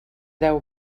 deu